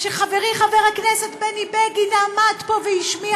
שחברי חבר הכנסת בני בגין עמד פה והשמיע